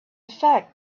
fact